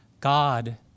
God